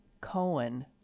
Cohen